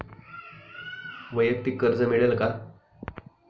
वैयक्तिक कर्ज मिळेल का?